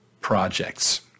projects